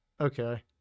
okay